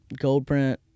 Goldprint